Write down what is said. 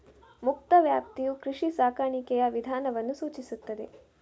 ಮುಕ್ತ ವ್ಯಾಪ್ತಿಯು ಕೃಷಿ ಸಾಕಾಣಿಕೆಯ ವಿಧಾನವನ್ನು ಸೂಚಿಸುತ್ತದೆ